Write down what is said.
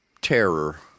terror